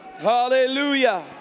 Hallelujah